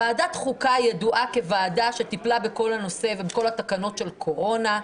ועדת חוקה ידועה כוועדה שטיפלה בכל הנושא ובכל התקנות של קורונה.